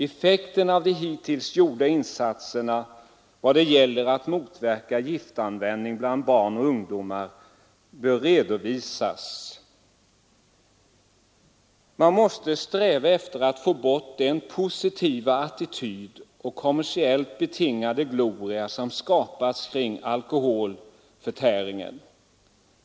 Effekterna av de hittills gjorda insatserna vad det gäller att motverka giftanvändning bland barn och ungdomar bör redovisas. Man måste sträva efter att få bort den positiva attityd och den kommersiellt betingade gloria som har skapats kring alkoholförtäringen.